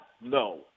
no